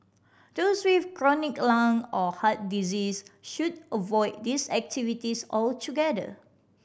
those with chronic lung or heart disease should avoid these activities altogether